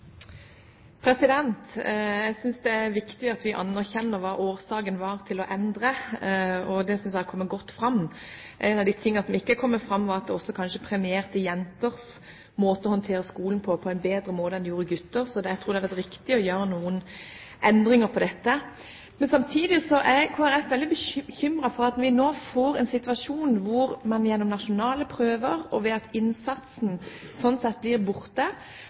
kommet fram, er at systemet kanskje premierte jenters måte å håndtere skolen på på en bedre måte enn gutters. Jeg tror det har vært riktig å gjøre noen endringer på dette. Men samtidig er Kristelig Folkeparti veldig bekymret for at vi nå får en situasjon hvor man gjennom nasjonale prøver og ved at innsatsen sånn sett blir borte,